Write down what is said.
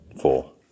four